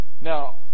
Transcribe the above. Now